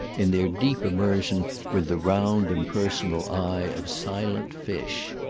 in their deep immersion, with the round impersonal eye of silent fish.